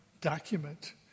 document